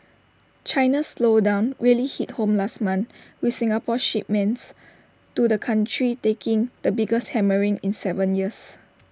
China's slowdown really hit home last month with Singapore's shipments to the country taking the biggest hammering in Seven years